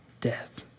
death